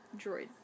droid